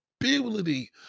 ability